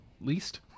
least